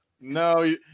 no